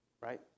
right